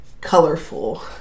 colorful